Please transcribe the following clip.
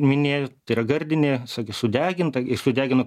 minėjo tai yra gardine sakė sudeginta ir sudegino